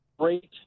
great